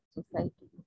society